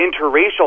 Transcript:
interracial